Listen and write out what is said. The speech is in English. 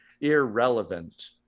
irrelevant